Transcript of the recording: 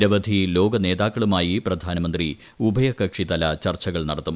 നിരവധി ലോക നേതാക്കളുമായി പ്രധാനമന്ത്രി ഉഭയകക്ഷിതല ചർച്ചകൾ നടത്തും